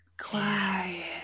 quiet